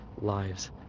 lives